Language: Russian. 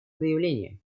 заявление